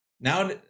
Now